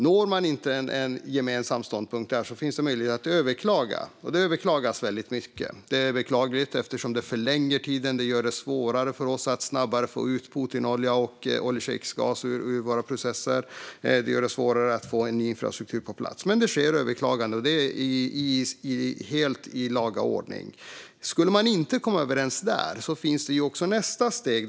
Når man inte en gemensam ståndpunkt finns det möjlighet att överklaga, och det överklagas väldigt mycket. Detta är beklagligt, eftersom det förlänger tiden och gör det svårare för oss att snabbare få ut Putingasen och oljeschejksgasen ur våra processer. Det gör det svårare att få ny infrastruktur på plats. Att det sker överklaganden är dock helt i laga ordning. Skulle man inte komma överens där finns ju också nästa steg.